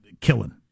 killing